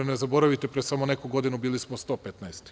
Ne zaboravite, pre samo neku godinu bilo smo 115.